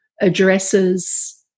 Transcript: addresses